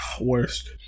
Worst